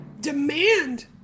demand